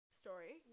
story